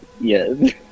Yes